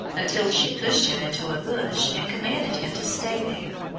until she pushed him into a bush and commanded him to stay there.